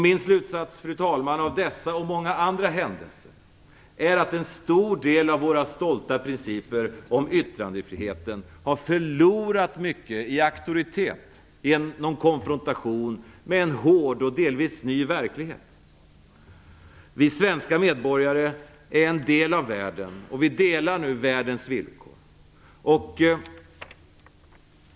Min slutsats, fru talman, av dessa och många andra händelser är att en stor del av våra stolta principer om yttrandefriheten har förlorat mycket i auktoritet genom konfrontation med en hård och delvis ny verklighet. Vi svenska medborgare är en del av världen, och vi delar nu världens villkor.